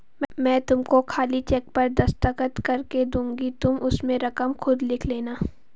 मैं तुमको खाली चेक पर दस्तखत करके दूँगी तुम उसमें रकम खुद लिख लेना